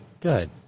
good